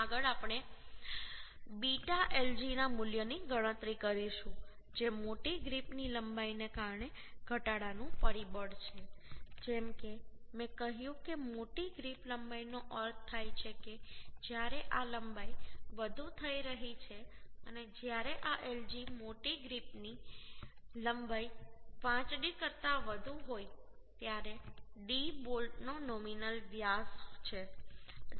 આગળ આપણે β lg ના મૂલ્યની ગણતરી કરીશું જે મોટી ગ્રીપની લંબાઈને કારણે ઘટાડાનું પરિબળ છે જેમ કે મેં કહ્યું કે મોટી ગ્રીપ લંબાઈનો અર્થ થાય છે કે જ્યારે આ લંબાઈ વધુ થઈ રહી છે અને જ્યારે આ lg મોટી ગ્રીપની લંબાઈ 5d કરતાં વધુ હોય ત્યારે d બોલ્ટ નો નોમિનલ વ્યાસ છે